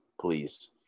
please